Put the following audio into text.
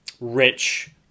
rich